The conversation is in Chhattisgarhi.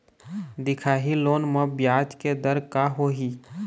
दिखाही लोन म ब्याज के दर का होही?